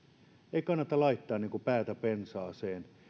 ei kannata laittaa päätä pensaaseen